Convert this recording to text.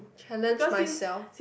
challenge myself